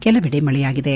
ಕೆಲವಡೆ ಮಳೆಯಾಗಿದೆ